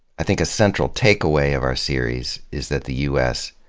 i think a central takeaway of our series is that the u s.